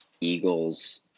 Eagles